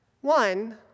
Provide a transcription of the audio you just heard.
One